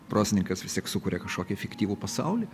prozininkas vis tiek sukuria kažkokį fiktyvų pasaulį